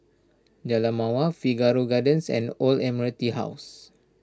Jalan Mawar Figaro Gardens and Old Admiralty House